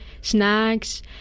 snacks